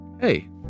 Hey